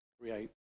create